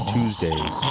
Tuesdays